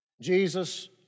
Jesus